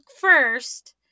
first